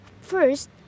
First